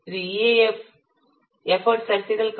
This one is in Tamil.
இது EAF எஃபர்ட் சரிசெய்தல் காரணியை 1